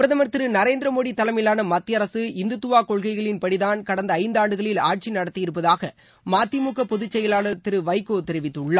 பிரதமர் திரு நரேந்திர மோடி தலைமையிலான மத்திய அரசு இந்துத்துவா கொள்கைகளின்படிதான் கடந்த ஐந்தாண்டுகளில் ஆட்சி நடத்தியிருப்பதாக மதிமுக பொதுச் செயலாளர் திரு வைகோ தெரிவித்துள்ளார்